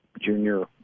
junior